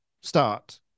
start